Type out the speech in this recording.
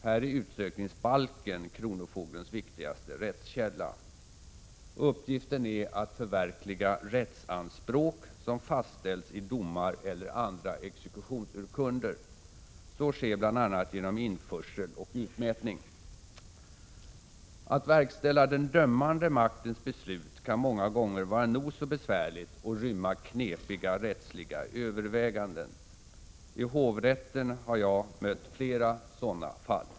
Här är utsökningsbalken kronofogdens viktigaste rättskälla. Uppgiften är att förverkliga rättsanspråk som fastställts i domar eller andra exekutionsurkunder. Så sker bl.a. genom införsel och utmätning. Att verkställa den dömande maktens beslut kan många gånger vara nog så besvärligt och rymma knepiga rättsliga överväganden. I hovrätten har jag mött flera sådana fall.